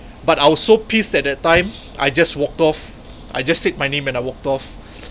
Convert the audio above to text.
but I was so pissed at that time I just walked off I just said my name and I walked off